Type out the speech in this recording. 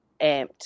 amped